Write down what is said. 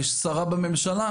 יש שרה בממשלה.